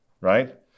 right